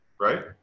right